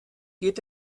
geht